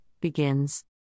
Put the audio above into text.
begins